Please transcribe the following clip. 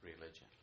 religion